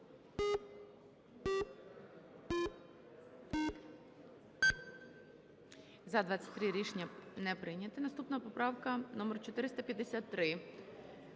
За-23 Рішення не прийнято. Наступна поправка номер 453.